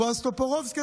בועז טופורובסקי,